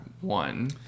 one